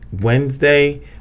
wednesday